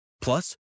Plus